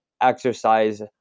exercise